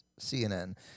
CNN